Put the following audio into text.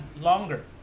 longer